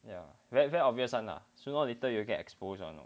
ya very very obvious [one] lah sooner or later you will get exposed [one]